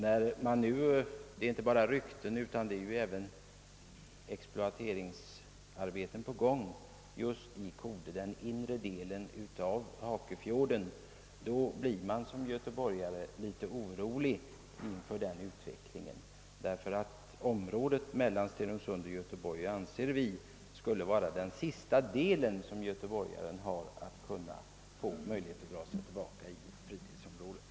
När man nu inte bara hör rykten utan exploateringsarbeten faktiskt är på gång då det gäller Kode och den inre delen av Hakefjorden blir man som göteborgare litet orolig — vi anser att området mellan Göteborg och Stenungsund är den sista del av kusten där vi göteborgare kan ha möjligheter att dra oss tillbaka i ett fritidsområde.